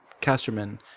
Casterman